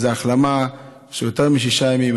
זאת החלמה שהיא יותר משישה ימים,